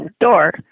door